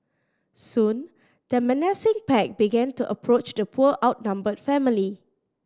soon the menacing pack began to approach the poor outnumbered family